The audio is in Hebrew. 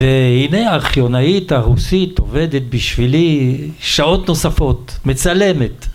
והנה הארכיונאית הרוסית עובדת בשבילי שעות נוספות, מצלמת.